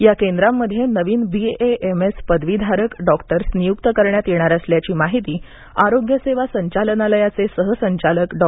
या केंद्रांमध्ये नवीन बीएएमएस पदवीधारक डॉक्टर्स नियुक्त करण्यात येणार असल्याची माहिती आरोग्य सेवा संचालनालयाचे सहसंचालक डॉ